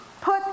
Put